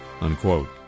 unquote